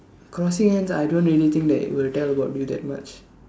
crossing hands I don't really think that will tell about you that much